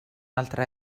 altre